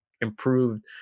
Improved